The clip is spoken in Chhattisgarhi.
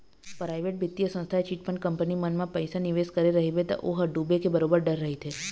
पराइवेट बित्तीय संस्था या चिटफंड कंपनी मन म पइसा निवेस करे रहिबे त ओ ह डूबे के बरोबर डर रहिथे